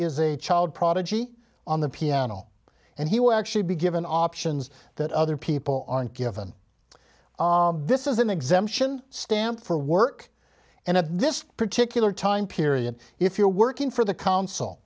is a child prodigy on the piano and he will actually be given options that other people aren't given this is an exemption stamp for work and at this particular time period if you're working for the council